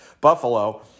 Buffalo